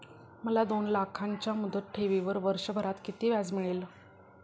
मला दोन लाखांच्या मुदत ठेवीवर वर्षभरात किती व्याज मिळेल?